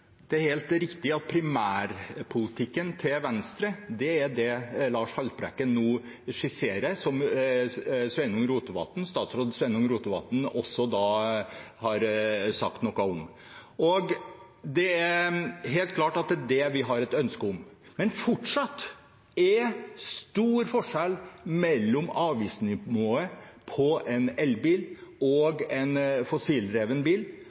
Det er helt riktig at primærpolitikken til Venstre er det Lars Haltbrekken nå skisserer, som også statsråd Sveinung Rotevatn har sagt noe om. Det er helt klart at det er det vi har et ønske om. Men fortsatt er det stor forskjell mellom avgiftsnivået på en elbil